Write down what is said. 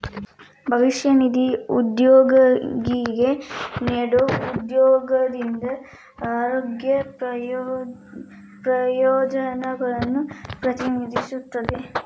ಭವಿಷ್ಯ ನಿಧಿ ಉದ್ಯೋಗಿಗೆ ನೇಡೊ ಉದ್ಯೋಗದಿಂದ ಆಗೋ ಪ್ರಯೋಜನಗಳನ್ನು ಪ್ರತಿನಿಧಿಸುತ್ತದೆ